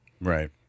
Right